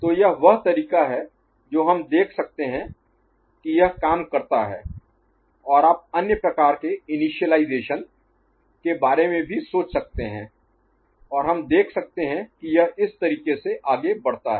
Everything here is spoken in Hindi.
तो यह वह तरीका है जो हम देख सकते हैं कि यह काम करता है और आप अन्य प्रकार के इनिशियलाईजेशन Initialization आरंभीकरण के बारे में भी सोच सकते हैं और हम देख सकते हैं कि यह इस तरीके से आगे बढ़ता है